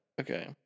Okay